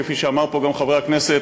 כפי שאמר כאן גם חבר הכנסת